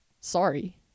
Sorry